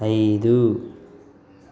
ఐదు